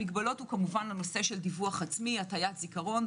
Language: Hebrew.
המגבלות זה הנושא של דיווח עצמי, הטעית זיכרון.